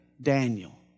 Daniel